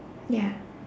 ya